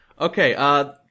Okay